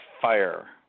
fire